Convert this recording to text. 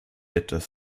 etwas